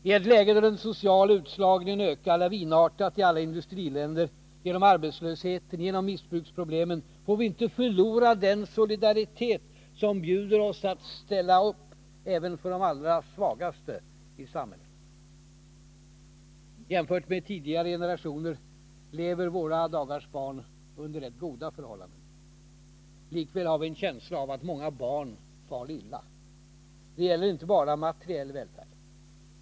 I ett läge då den sociala utslagningen ökar lavinartat i alla industriländer, bl.a. genom arbetslösheten och genom missbruksproblemen) får vi inte förlora den solidaritet som bjuder oss att ställa upp även för de allra svagaste i samhället. Jämfört med tidigare generationer lever våra dagars barn under rätt goda förhållanden. Likväl har vi en känsla av att många barn far illa. Det gäller inte bara materiell välfärd.